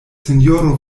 sinjoro